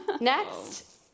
Next